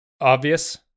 obvious